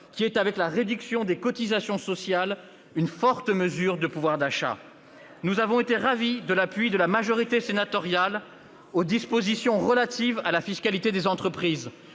qui est, avec la réduction des cotisations sociales, une forte mesure de pouvoir d'achat. Mensonge ! Et la CSG ? Nous avons été ravis de l'appui de la majorité sénatoriale aux dispositions relatives à la fiscalité des entreprises,